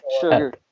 Sugar